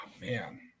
man